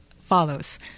follows